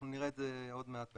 אנחנו נראה את זה עוד מעט בהמשך.